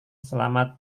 selamat